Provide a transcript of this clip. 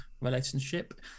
relationship